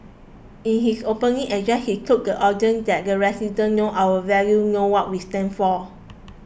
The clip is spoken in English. in his opening address he told the audience that the residents know our values know what we stand for